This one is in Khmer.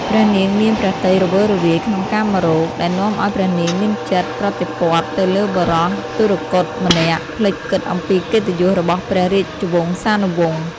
ព្រះនាងមានព្រះទ័យរវើរវាយក្នុងកាមរាគ ដែលនាំឲ្យព្រះនាងមានចិត្តប្រតិព័ទ្ធទៅលើបុរសទុគ៌តម្នាក់ ភ្លេចគិតអំពីកិត្តិយសរបស់ព្រះរាជវង្សានុវង្ស ។